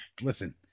listen